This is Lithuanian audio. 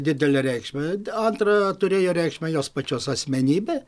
didelę reikšmę antrą turėjo reikšmę jos pačios asmenybė